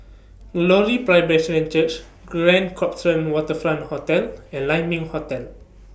Glory Presbyterian Church Grand Copthorne Waterfront Hotel and Lai Ming Hotel